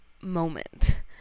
moment